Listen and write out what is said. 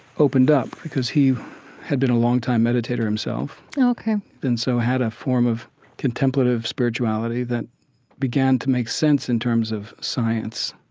opened up because he had been a longtime meditator himself oh, ok and so had a form of contemplative spirituality that began to make sense in terms of science.